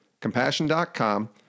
Compassion.com